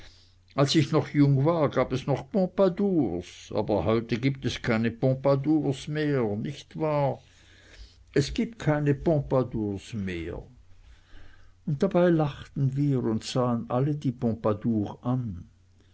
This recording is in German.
als ich noch jung war gab es noch pompadours aber heute gibt es keine pompadours mehr nicht wahr es gibt keine pompadours mehr und dabei lachten wir und sahen alle die pompadour an